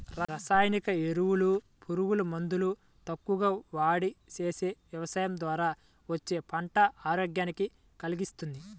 రసాయనిక ఎరువులు, పురుగు మందులు తక్కువగా వాడి చేసే యవసాయం ద్వారా వచ్చే పంట ఆరోగ్యాన్ని కల్గిస్తది